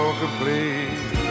complete